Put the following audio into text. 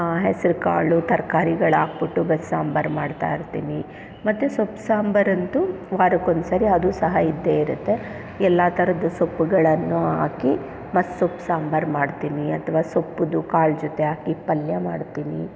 ಹೆಸರುಕಾಳು ತರಕಾರಿಗಳಾಕ್ಬುಟ್ಟು ಬಸ್ಸಾಂಬಾರು ಮಾಡ್ತಾಯಿರ್ತೀನಿ ಮತ್ತು ಸೊಪ್ಪು ಸಾಂಬಾರಂತೂ ವಾರಕ್ಕೊಂದ್ಸರಿ ಅದು ಸಹ ಇದ್ದೇ ಇರುತ್ತೆ ಎಲ್ಲಾ ಥರದ್ದು ಸೊಪ್ಪುಗಳನ್ನು ಹಾಕಿ ಮಸ್ಸೊಪ್ಪು ಸಾಂಬಾರು ಮಾಡ್ತೀನಿ ಅಥವಾ ಸೊಪ್ಪುದ್ದು ಕಾಳು ಜೊತೆ ಹಾಕಿ ಪಲ್ಯ ಮಾಡ್ತೀನಿ